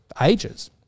ages